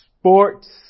sports